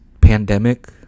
pandemic